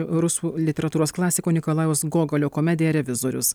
rusų literatūros klasiko nikolajaus gogolio komediją revizorius